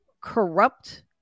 corrupt